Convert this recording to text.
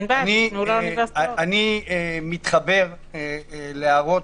אני מתחבר להערות